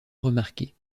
remarquée